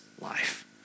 life